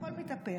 הכול מתהפך.